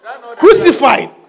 Crucified